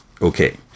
okay